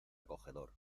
acogedor